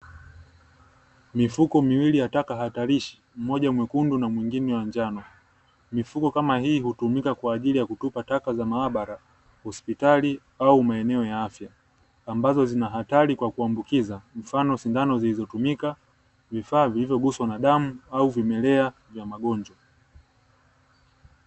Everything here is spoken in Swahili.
Mifuko miwili ya taka hatarishi mmoja mwekundu na mwingine wa njano, mifuko kama hii hutumika kwa ajili ya kutupa taka za maabara, hospitali au maeneo ya afya ambazo zina hatari kwa kuambukiza mfano sindano zilizotumika, vifaa vilivyoguswa na damu au vimelea vya magonjwa.